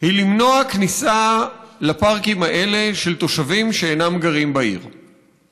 היא למנוע כניסה של תושבים שאינם גרים בעיר לפארקים האלה.